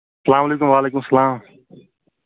السلام علیکُم وعلیکُم السلام